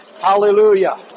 Hallelujah